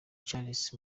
charles